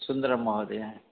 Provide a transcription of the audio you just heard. सुन्दरम् महोदय